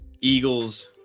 Eagles